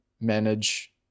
manage